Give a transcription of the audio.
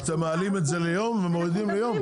שאתם מעלים את זה ליום ומורידים ליום?